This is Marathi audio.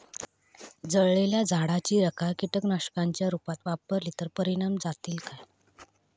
जळालेल्या झाडाची रखा कीटकनाशकांच्या रुपात वापरली तर परिणाम जातली काय?